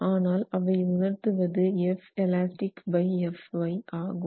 ஆனால் அவை உணர்த்துவது Felastic to Fy ஆகும்